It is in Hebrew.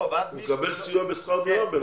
-- מקבל סיוע בשכר דירה בינתיים.